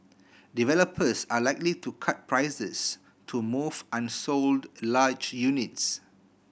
developers are likely to cut prices to move unsold large units